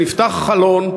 שנפתח חלון,